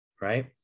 right